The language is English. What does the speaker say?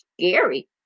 scary